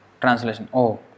translation